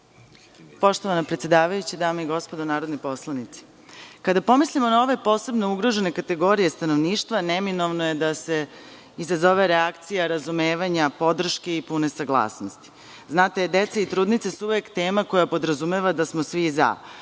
Poštovana predsedavajuća, dame i gospodo narodni poslanici, kada pomislimo na ove posebne ugrožene kategorije stanovništva, neminovno je da se izazove reakcija razumevanja podrške i pune saglasnosti. Znate, deca i trudnice su uvek tema koja podrazumeva da smo svi za.